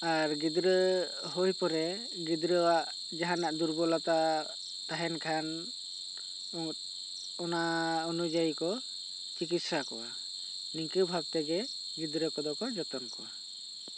ᱟᱨ ᱜᱤᱫᱽᱨᱟᱹ ᱦᱩᱭ ᱯᱚᱨᱮ ᱜᱤᱫᱽᱨᱟᱹᱣᱟᱜ ᱡᱟᱦᱟᱱᱟᱜ ᱫᱩᱨᱵᱚᱞᱚᱛᱟ ᱛᱟᱦᱮᱱ ᱠᱷᱟᱱ ᱚᱱᱟ ᱚᱱᱩᱡᱟᱭᱤ ᱠᱚ ᱪᱤᱠᱤᱥᱥᱟ ᱠᱚᱣᱟ ᱱᱤᱝᱠᱟᱹ ᱵᱷᱟᱵᱽ ᱛᱮᱜᱮ ᱜᱤᱫᱽᱨᱟᱹ ᱠᱚᱫᱚ ᱠᱚ ᱡᱚᱛᱚᱱ ᱠᱚᱣᱟ